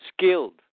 skilled